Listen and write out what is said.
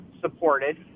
supported